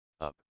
up